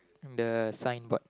the sign board